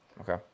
Okay